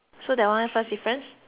difference